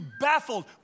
baffled